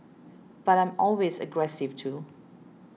but I'm always aggressive too